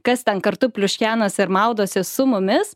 kas ten kartu pliuškenasi ir maudosi su mumis